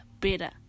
better